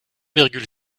virgule